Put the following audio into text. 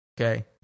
Okay